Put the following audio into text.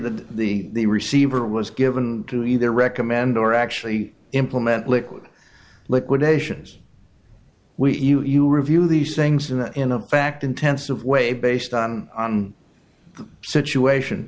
that the receiver was given to either recommend or actually implement liquid liquidations we you review these things in the in the fact intensive way based on the situation